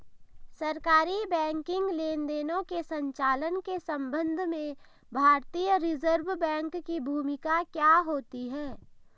सरकारी बैंकिंग लेनदेनों के संचालन के संबंध में भारतीय रिज़र्व बैंक की भूमिका क्या होती है?